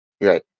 Right